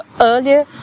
earlier